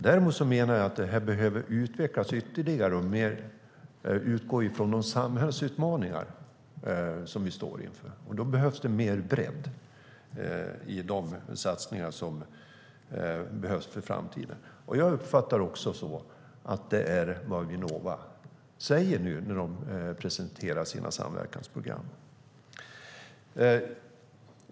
Däremot menar jag att det här behöver utvecklas ytterligare och mer utgå från de samhällsutmaningar vi står inför. Då behövs det mer bredd i de satsningar som behövs för framtiden. Jag uppfattar det också som att det är vad Vinnova säger när de nu presenterar sina samverkansprogram.